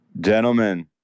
gentlemen